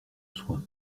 soins